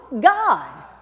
God